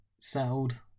settled